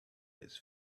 his